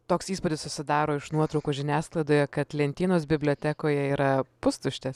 toks įspūdis susidaro iš nuotraukų žiniasklaidoje kad lentynos bibliotekoje yra pustuštės